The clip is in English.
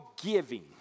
giving